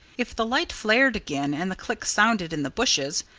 if the light flared again and the click sounded in the bushes,